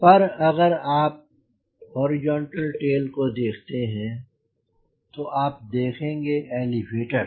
पर अगर आप हॉरिजॉन्टल टेल को देखते हैं तो आप देखेंगे एलिवेटर्स